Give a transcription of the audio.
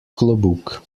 klobuk